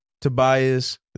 Tobias